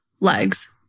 legs